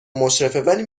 مشرفه، ولی